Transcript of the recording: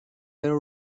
their